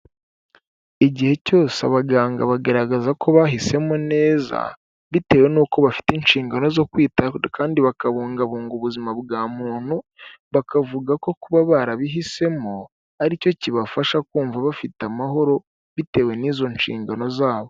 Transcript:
Igihe cyose abaganga bagaragaza ko bahisemo neza bitewe nuko bafite inshingano zo kwita kandi bakabungabunga ubuzima bwa muntu, bakavuga ko kuba barabihisemo ari cyo kibafasha kumva bafite amahoro, bitewe n'izo nshingano zabo.